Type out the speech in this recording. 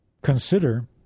Consider